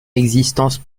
existence